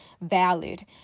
valid